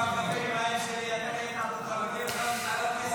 כהצעת הוועדה, נתקבל.